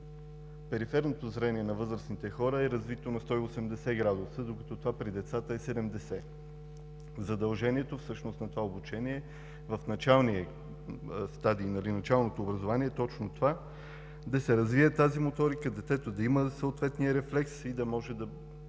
периферното зрение на възрастните хора е развито на 180 градуса, докато при децата е 70 градуса. Задължението всъщност на това обучение в началния стадий, в началното образование, е точно това – да се развие тази моторика, детето да има съответния рефлекс и да може да